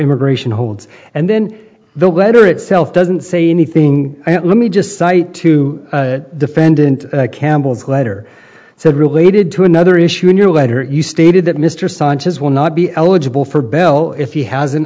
immigration holds and then the letter itself doesn't say anything let me just cite to defendant campbell's letter so related to another issue in your letter you stated that mr sanchez will not be eligible for bell if he has an